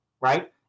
right